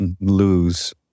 lose